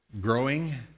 growing